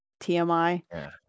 TMI